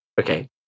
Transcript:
Okay